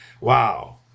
Wow